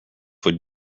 would